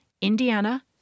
Indiana